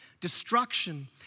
Destruction